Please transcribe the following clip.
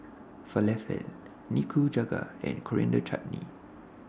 Falafel Nikujaga and Coriander Chutney